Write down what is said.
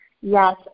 Yes